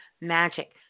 magic